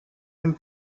and